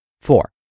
Four